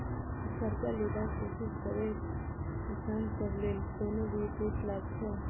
की करजा लेबाक कोशिश करैत किसान सब लेल कोनो विशेष लाभ छै?